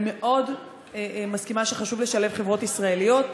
מסכימה מאוד שחשוב לשלב חברות ישראליות,